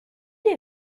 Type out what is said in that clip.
est